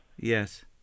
Yes